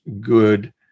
good